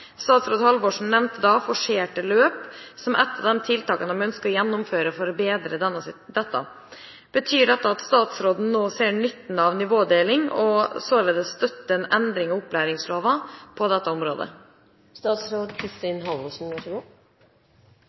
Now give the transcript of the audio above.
Statsråd Halvorsen nevnte da forserte løp som et tiltak de ønsket å gjennomføre for å bedre dette. Betyr dette at statsråden nå ser nytten av nivådeling og således støtter en endring av opplæringsloven på dette området?»